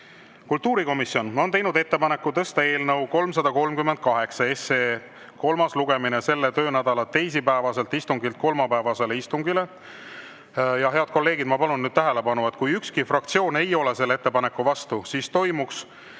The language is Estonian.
Kultuurikomisjon on teinud ettepaneku tõsta eelnõu 338 kolmas lugemine selle töönädala teisipäevaselt istungilt kolmapäevasele istungile. Ja, head kolleegid, ma palun nüüd tähelepanu! Kui ükski fraktsioon ei ole selle ettepaneku vastu, siis toimuks